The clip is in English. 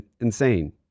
insane